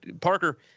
Parker